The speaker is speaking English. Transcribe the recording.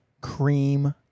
cream